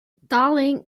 darling